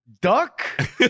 Duck